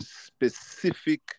specific